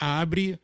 abre